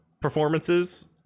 performances